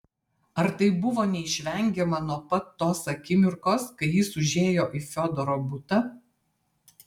ar tai buvo neišvengiama nuo pat tos akimirkos kai jis užėjo į fiodoro butą